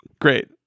Great